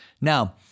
Now